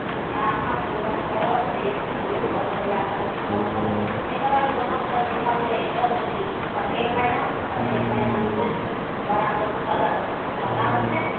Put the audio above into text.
हुनका अहाँ पूजा करब देख सुनि कऽ पूजा पाठ कऽकऽ तकर बाद वहाँ सँ घूमै लए चलि जायब उँहाँ पटेल मैदान पटेल मैदानमे बड़ा हो सदर अस्पताल छै